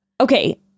okay